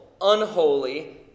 unholy